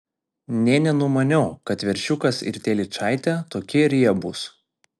nė nenumaniau kad veršiukas ir telyčaitė tokie riebūs